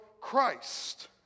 Christ